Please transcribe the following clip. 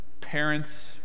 Parents